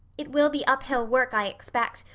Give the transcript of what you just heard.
it will be uphill work, i expect,